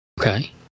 Okay